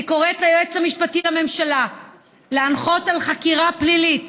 אני קוראת ליועץ המשפטי לממשלה להנחות על פתיחת חקירה פלילית